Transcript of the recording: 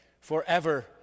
forever